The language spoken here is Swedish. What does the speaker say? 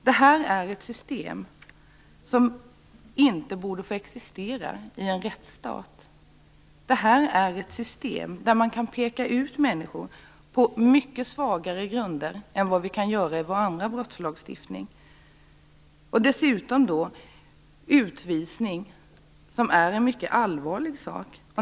Detta är ett system som inte borde få existera i en rättsstat. Det är ett system där man kan peka ut människor på mycket svagare grunder än vad man kan göra enligt övrig brottslagstiftning. Utvisning är dessutom en mycket allvarlig sak.